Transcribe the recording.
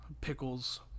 pickles